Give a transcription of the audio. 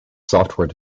software